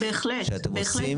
בהחלט,